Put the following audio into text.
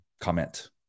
comment